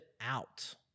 out